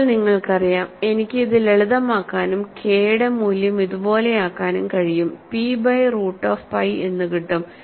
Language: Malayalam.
ഇപ്പോൾ നിങ്ങൾക്കറിയാം എനിക്ക് ഇത് ലളിതമാക്കാനും കെ യുടെ മൂല്യം ഇതുപോലെയാക്കാനും കഴിയും P by root of pi എന്ന് കിട്ടും